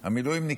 המילואימניקים.